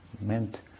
meant